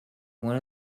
one